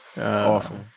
Awful